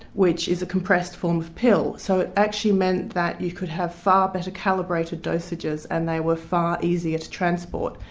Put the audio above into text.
which is a compressed form of pill, so it actually meant that you could have far better calibrated dosages, and they were far easier to transport.